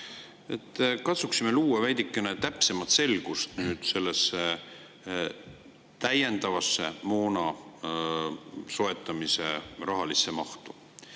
Katsuksime luua veidikene täpsemat selgust selles täiendava moona soetamise rahalises mahus.